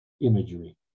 imagery